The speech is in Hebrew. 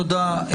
תודה,